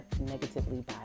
negatively